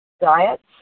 diets